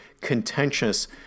contentious